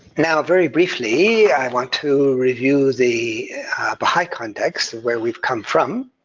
now very briefly i want to review the baha'i context where we've come from.